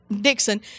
Dixon